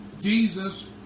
Jesus